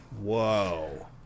Whoa